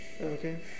Okay